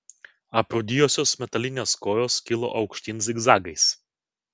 aprūdijusios metalinės kojos kilo aukštyn zigzagais